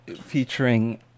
featuring